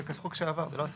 זה בחוק שעבר, לא בסעיף.